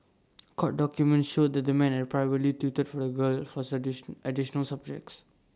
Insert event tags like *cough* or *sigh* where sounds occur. *noise* court documents showed that the man had privately tutored for A girl for *unintelligible* additional subjects